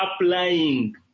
applying